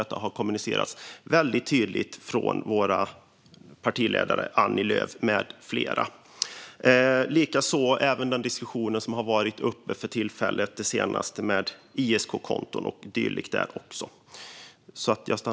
Detta har kommunicerats väldigt tydligt från vår partiledare Annie Lööf med flera, liksom diskussionen om ISK-konton.